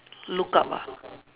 look up ah